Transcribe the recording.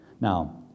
Now